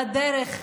לדרך,